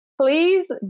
Please